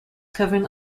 covering